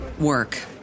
work